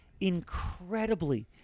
incredibly